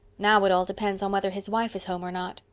now, it all depends on whether his wife is home or not,